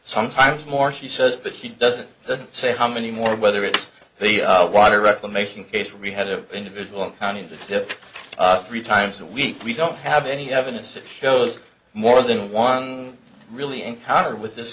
sometimes more she says but she doesn't say how many more whether it's the water reclamation case we had an individual county tip three times a week we don't have any evidence that shows more than one really encounter with this